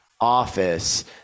office